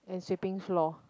and sweeping floor